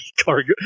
cargo